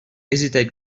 hesitate